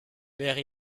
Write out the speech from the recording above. wäre